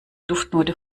duftnote